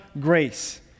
grace